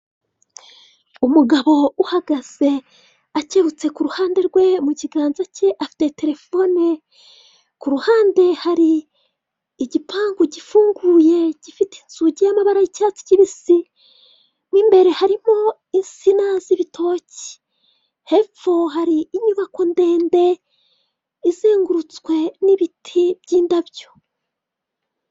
Umugabo uhagaze akebutse ku ruhande rwe, mu kiganza cye afite terefone. Ku ruhande hari igipangu gifunguye gifite inzugi y'amabara y'icyatsi kibisi. Mo imbere harimo insina z'ibitoki, hepfo hari inyubako ndende izengurutswe n'ibiti by'indabyo.